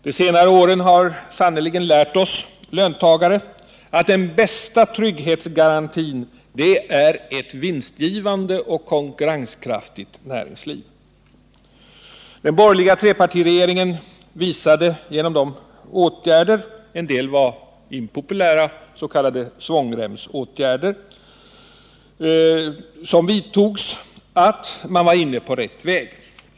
De senare åren har lärt oss löntagare att den bästa trygghetsgarantin, det är ett vinstgivande och konkurrenskraftigt näringsliv. Den borgerliga trepartiregeringen visade genom de åtgärder — en del var impopulära s.k. svångremsåtgärder — som vidtogs att man var inne på rätt väg.